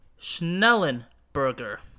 Schnellenberger